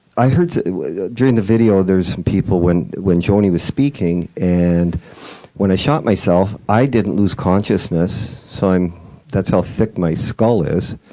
i heard during the video, there's some people when when joanie was speaking, and when i shot myself i didn't lose consciousness, so that's how thick my skull is.